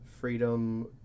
Freedom